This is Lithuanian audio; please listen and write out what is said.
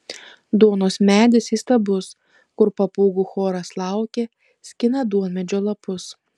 duonos medis įstabus kur papūgų choras laukia skina duonmedžio lapus